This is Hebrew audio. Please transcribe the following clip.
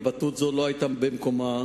התבטאות זו לא היתה במקומה,